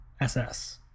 SS